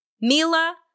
Mila